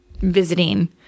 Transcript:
visiting